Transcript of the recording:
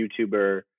YouTuber